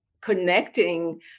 connecting